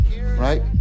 right